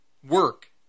Work